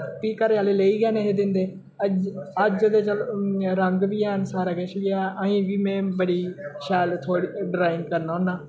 फ्ही घरैआह्लै लेई गै नेईं हे दिन्दे अज अज्ज ते चलो रंग बी हैन सारा किश गै अजें बी में बड़ी शैल थोह्ड़ी ड्राइंग करना होन्नां